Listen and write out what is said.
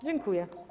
Dziękuję.